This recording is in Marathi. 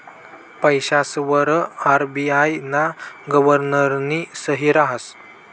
पैसासवर आर.बी.आय ना गव्हर्नरनी सही रहास